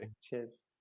Cheers